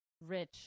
rich